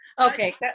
Okay